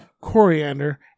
coriander